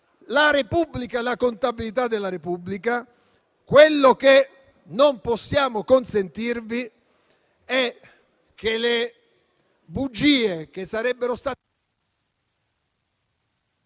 la Repubblica e la contabilità della Repubblica. Quello che non possiamo consentirvi è che le bugie...